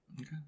Okay